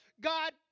God